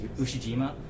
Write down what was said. Ushijima